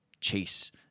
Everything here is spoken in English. chase